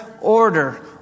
order